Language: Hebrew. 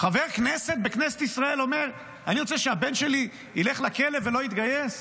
חבר כנסת בכנסת ישראל אומר: אני רוצה שהבן שלי ילך לכלא ולא יתגייס?